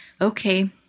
okay